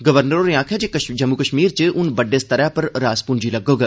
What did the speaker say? governor होरें आखेआ जे जम्मू कश्मीर च हून बड्डे स्तर उप्पर रास पूंजी लग्गोग